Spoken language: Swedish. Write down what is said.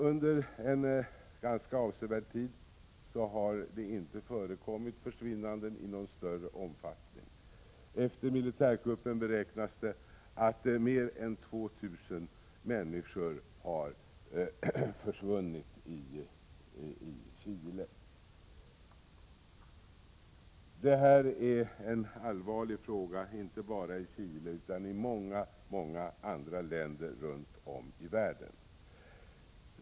Under en avsevärd tid har det inte förekommit försvinnanden i någon större omfattning. Mer än 2 000 människor beräknas ha försvunnit i Chile efter militärkuppen. Detta är en allvarlig fråga, inte bara i Chile, utan i många andra länder runt om i världen.